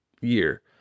year